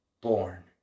born